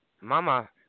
Mama